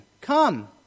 Come